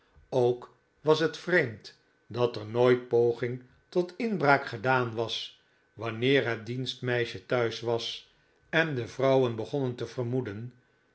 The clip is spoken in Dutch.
ook was het vreemd dat er nooit poging tot inbraak gedaan was wanneer het dienstmeisje thuis was en de vrouwen begonnen te vermoeden